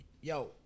yo